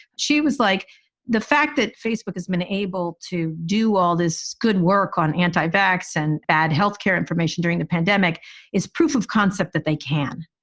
she was like the fact that facebook has been able to do all this good work on antibalas and add health care information during the pandemic is proof of concept that they can,